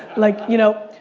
like, you know,